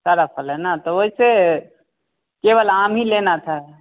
सारा फल है ना तो वैसे केवल आम ही लेना था